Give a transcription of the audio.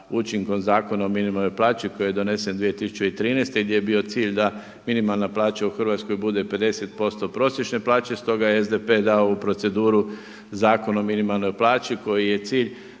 učinkom Zakona o minimalnoj plaći koji je donesen 2013. gdje je bio cilj da minimalna plaća u Hrvatskoj bude 50% prosječne plaće, stoga je SDP dao u proceduru Zakon o minimalnoj plaći kojoj je cilj